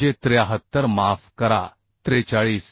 म्हणजे 73 माफ करा 43